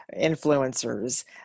influencers